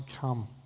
come